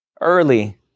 Early